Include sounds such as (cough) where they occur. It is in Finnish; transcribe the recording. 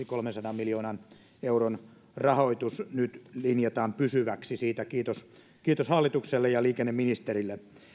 (unintelligible) kolmensadan miljoonan euron rahoitus korjausvelan pysäyttämiseksi nyt linjataan pysyväksi siitä kiitos kiitos hallitukselle ja liikenneministerille